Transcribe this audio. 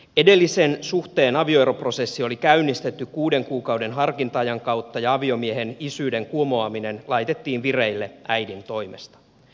edellisen suhteen avioeroprosessi oli käynnistetty kuuden kuukauden harkinta ajan kautta ja aviomiehen isyyden kumoaminen laitettiin vireille äidin toimesta